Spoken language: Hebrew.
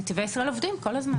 נתיבי ישראל עובדים כל הזמן.